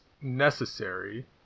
necessary